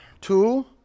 Two